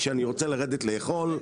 כשאני רוצה לרדת לאכול,